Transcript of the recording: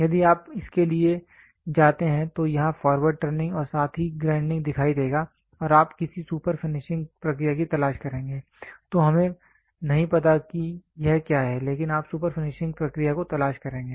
यदि आप इसके लिए जाते हैं तो यह फारवर्ड टर्निंग और साथ ही ग्राइंडिंग दिखाई देगा और आप किसी सुपर फिनिशिंग प्रक्रिया की तलाश करेंगे तो हमें नहीं पता कि यह क्या है लेकिन आप सुपर फिनिशिंग प्रक्रिया की तलाश करेंगे